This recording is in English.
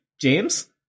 James